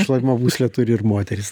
šlapimo pūslę turi ir moterys